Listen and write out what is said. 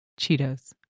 Cheetos